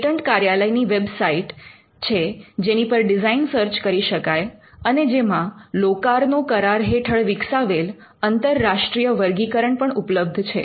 patent કાર્યાલયની website છે જેની પર ડિઝાઇન સર્ચ કરી શકાય અને જેમાં લોકાર્નો કરાર હેઠળ વિકસાવેલ અંતરરાષ્ટ્રીય વર્ગીકરણ પણ ઉપલબ્ધ છે